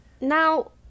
now